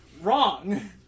wrong